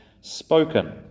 spoken